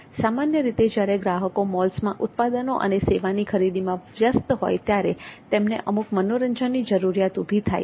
સામાન્ય રીતે જ્યારે ગ્રાહકો મોલ્સમાં ઉત્પાદનો અને સેવાની ખરીદીમાં વ્યસ્ત હોય ત્યારે તેમને અમુક મનોરંજનની જરૂરિયાત ઊભી થાય છે